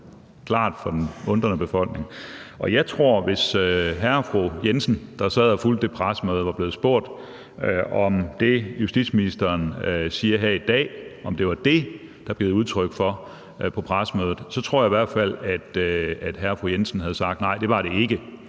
fald klart for den undrende befolkning. Og hvis hr. og fru Jensen, der sad og fulgte det pressemøde, blev spurgt, om det, justitsministeren siger her i dag, var det, der blev givet udtryk for på pressemødet, så tror jeg i hvert fald, at hr. og fru Jensen havde sagt, at nej, det var det ikke.